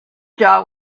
jaw